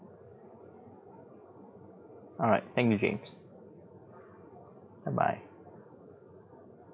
alright thank you james bye bye